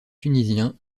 tunisiens